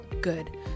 good